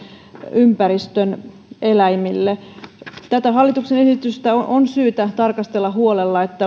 ympäristön eläimille tässä hallituksen esityksessä on syytä tarkastella huolella että